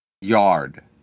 yard